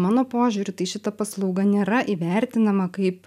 mano požiūriu tai šita paslauga nėra įvertinama kaip